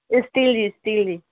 steel जी steel जी